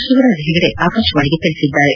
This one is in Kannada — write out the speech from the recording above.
ಶಿವರಾಜ್ ಹೆಗ್ಗಡೆ ಆಕಾಶವಾಣಿಗೆ ತಿಳಿಸಿದ್ದಾರೆ